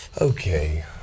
Okay